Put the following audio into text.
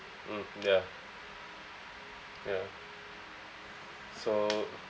mm ya ya so